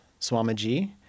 Swamiji